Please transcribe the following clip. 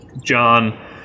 John